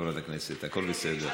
חברת הכנסת, הכול בסדר.